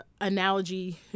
analogy